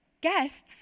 guests